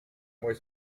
мой